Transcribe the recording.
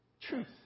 truth